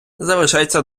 залишається